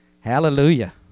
Hallelujah